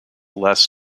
less